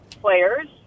players